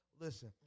Listen